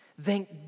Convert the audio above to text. Thank